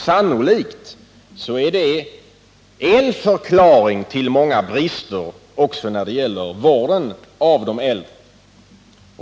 Sannolikt är det en förklaring till många brister också när det gäller vården av de äldre.